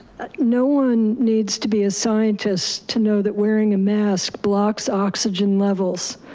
no one needs to be a scientist to know that wearing a mask blocks oxygen levels,